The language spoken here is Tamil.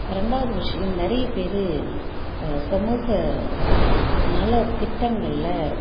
ரெண்டாவது விஷயம் நிறைய பேர் சமூக நலத்திட்டங்களில்